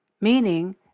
meaning